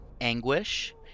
Anguish